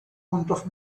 puntos